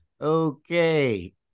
okay